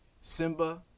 Simba